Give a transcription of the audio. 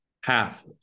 half